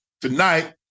tonight